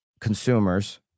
consumers